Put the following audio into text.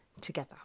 together